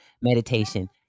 meditation